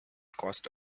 caused